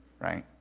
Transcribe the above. right